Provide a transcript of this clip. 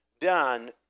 done